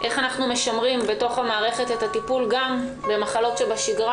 איך אנחנו משמרים בתוך המערכת את הטיפול גם במחלות שבשגרה?